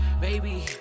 baby